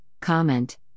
comment